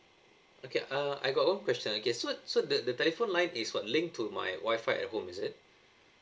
okay uh I got one question ah okay so so the the telephone line is what link to my wifi at home is it